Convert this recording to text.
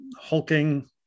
hulking